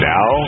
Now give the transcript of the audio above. Now